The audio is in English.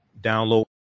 download